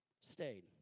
stayed